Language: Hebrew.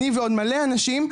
אני ועוד מלא אנשים,